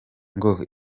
ngo